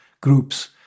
groups